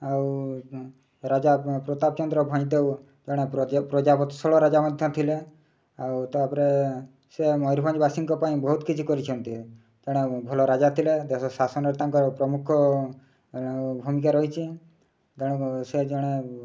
ଆଉ ରାଜା ପ୍ରତାପଚନ୍ଦ୍ର ଭୈଇଁଦେବ ଜଣେ ପ୍ରଜାବତ୍ସଳ ରାଜା ମଧ୍ୟ ଥିଲା ଆଉ ତା'ପରେ ସେ ମୟୂରଭଞ୍ଜ ବାସୀଙ୍କ ପାଇଁ ବହୁତ କିଛି କରିଛନ୍ତି ତେଣୁ ଭଲ ରାଜା ଥିଲା ଦେଶ ଶାସନରେ ତାଙ୍କର ପ୍ରମୁଖ ଭୂମିକା ରହିଛି ତେଣୁ ସେ ଜଣେ